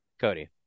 Cody